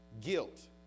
guilt